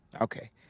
Okay